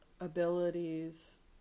abilities